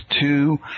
two